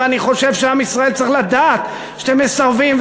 ואני חושב שעם ישראל צריך לדעת שאתם מסרבים,